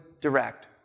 direct